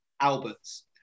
Albert's